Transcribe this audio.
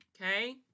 Okay